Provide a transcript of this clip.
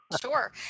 sure